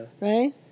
Right